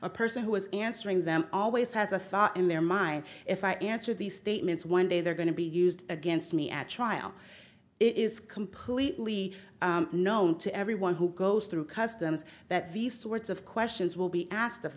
a person who is answering them always has a thought in their mind if i answer these statements one day they're going to be used against me at trial it is completely known to everyone who goes through customs that these sorts of questions will be asked of